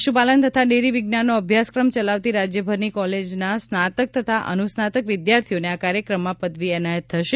પશુપાલન તથા ડેરી વિજ્ઞાનનો અભ્યાસક્રમ ચલાવતી રાજ્યભરની કોલેજના સ્નાતક તથા અનુસ્નાતક વિદ્યાર્થીઓને આ કાર્યક્રમમાં પદવી એનાયત થશે